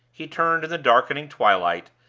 he turned in the darkening twilight,